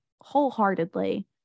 wholeheartedly